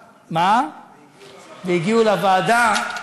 והגיעו גם לוועדה.